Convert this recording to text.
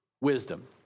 Wisdom